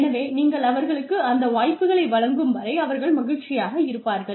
எனவே நீங்கள் அவர்களுக்கு அந்த வாய்ப்புகளை வழங்கும் வரை அவர்கள் மகிழ்ச்சியாக இருப்பார்கள்